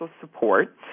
support